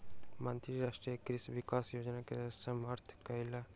मंत्री राष्ट्रीय कृषि विकास योजना के समर्थन कयलैन